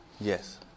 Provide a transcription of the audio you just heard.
Yes